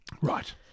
Right